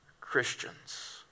Christians